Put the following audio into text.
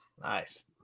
Nice